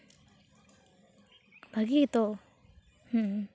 ᱵᱷᱟᱹᱜᱤ ᱜᱮᱛᱚ ᱦᱮᱸ